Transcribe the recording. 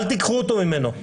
אל תיקחו אותו ממנו.